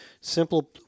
simple